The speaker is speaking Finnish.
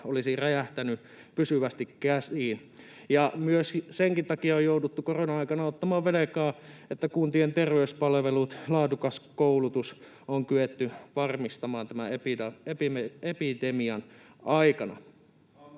olisi räjähtänyt pysyvästi käsiin, ja myös senkin takia on jouduttu koronan aikana ottamaan velkaa, että kuntien terveyspalvelut ja laadukas koulutus on kyetty varmistamaan tämän epidemian aikana.